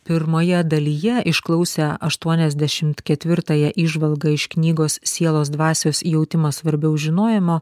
pirmoje dalyje išklausę aštuoniasdešimt ketvirtąją įžvalgą iš knygos sielos dvasios jautimas svarbiau žinojimo